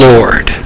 Lord